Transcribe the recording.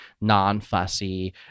non-fussy